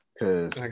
Cause